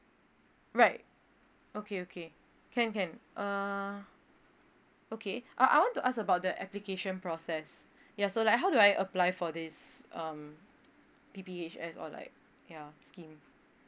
right okay okay can can uh okay uh I want to ask about the application process ya so like how do I apply for this um P_P_H_S or like ya scheme